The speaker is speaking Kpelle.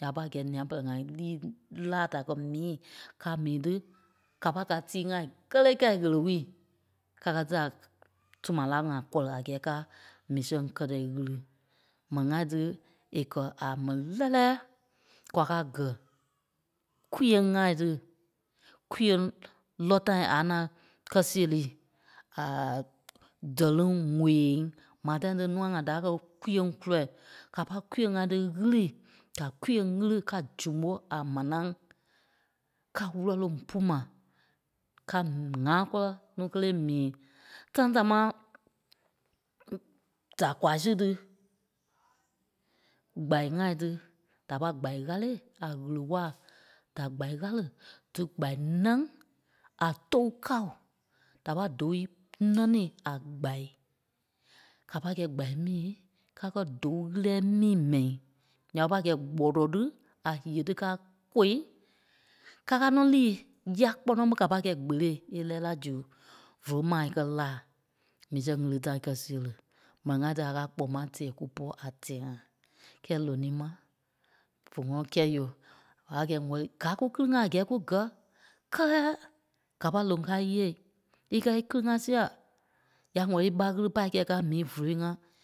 Ya pai gɛ̀i nia-pɛlɛɛ-ŋai lîi láa da kɛ̀ mii ká mii tí ká pâi ka tíi ŋai kélee kɛ̂i ɣele-wee kakaa tela túma-laa ŋa kɔri a gɛɛ ka mii sɛŋ kɛ̀tɛ ɣili. Mɛni-ŋai tí e kɛ̀ a mɛni lɛ́lɛɛ kwa káa gɛ̀ kwiyeŋ-ŋai ti. Kwiyeŋ lɔ̀ tãi a naa kɛ̀ seri aaaa dɛ́liŋ ŋwɛɛi mai tãi tí nûa-ŋai da kɛ́ kwiyeŋ kula ka pai kwiyeŋ ŋa tí ɣili da kwiyeŋ ɣili ká zumo a manai ká wúlɔ loŋ pú mai ká ŋ̀aa kɔlɛ núu kélee é mii. Time támaa da gwaa si tí, kpai ŋai tí da pâi kpai ɣàle a ɣele-waa. Da kpai ɣàle dí kpai nɛ́ŋ a tou kao da pâi dòu nɛ̀ŋ ní a kpai ká pai kɛ́i kpai mii ká kɛ̀ dóu ɣîlii mii mɛ́i nya ɓé pai gɛ̀ gbotôi tí a nyee dí ká kôi ka káa nɔ́ lîi ya kpono ɓe ká pâi kɛ́i kpele e lɛ́ɛ la zu vóloi maa é kɛ́ laa mii sɛŋ ɣili time a kɛ̀ seri. Mɛni-ŋai tí a káa kpɔ́ ma tɛɛ kupɔ a tɛɛ-ŋa. Kɛ̌ɛ lonii ma fé ŋɔnɔ kɛ́i oooo ɓa pa kɛ́i wɛ̂li- káa kúkili-ŋa a gɛɛ kú gɛ́ kɛ́lɛ gapai loŋ káa íyee ikɛ íkili-ŋa sia ya wɛ̀li ɓà ɣili pai kɛ́i ká mii vóloi ŋa